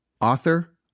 Author